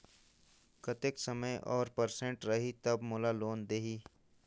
कतेक समय और परसेंट रही तब मोला लोन देही?